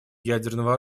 ядерного